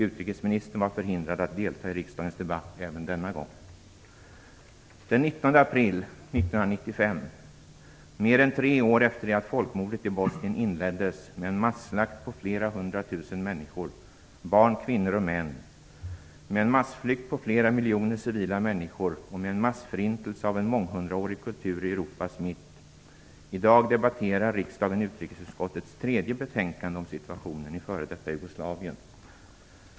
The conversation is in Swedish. Utrikesministern var förhindrad att delta i riksdagens debatt även denna gång. I dag den 19 april 1995 - mer än tre år efter det att folkmordet i Bosnien inleddes med en masslakt på flera hundra tusen människor, barn, kvinnor och män, med en massflykt på flera miljoner civila människor och med en massförintelse av en månghundraårig kultur i Europas mitt - debatterar riksdagen utrikesutskottets tredje betänkande om "situationen i f.d. Jugoslavien".